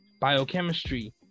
Biochemistry